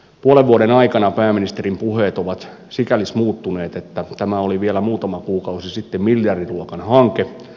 puolen vuoden aikana pääministerin puheet ovat sikäli muuttuneet että tämä oli vielä muutama kuukausi sitten miljardiluokan hanke